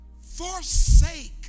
Forsake